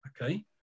okay